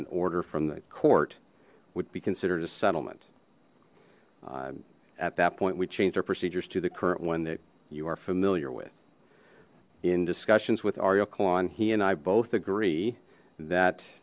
an order from the court would be considered a settlement at that point we changed our procedures to the current one that you are familiar with in discussions with re oakland he and i both agree that